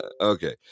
okay